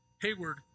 Hayward